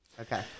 Okay